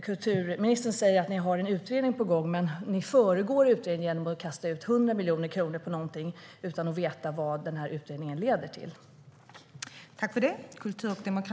Kulturministern säger att regeringen har en utredning på gång, men man föregår utredningen genom att kasta ut 100 miljoner kronor på någonting utan att veta vad utredningen leder till. Det är ofattbart.